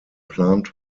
plant